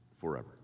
forever